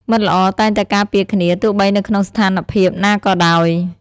មិត្តល្អតែងតែការពារគ្នា ទោះបីនៅក្នុងស្ថានភាពណាក៏ដោយ។